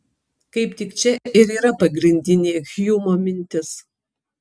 kaip tik čia ir yra pagrindinė hjumo mintis